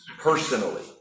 personally